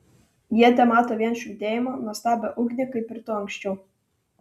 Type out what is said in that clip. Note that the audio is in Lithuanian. jie temato vien švytėjimą nuostabią ugnį kaip ir tu anksčiau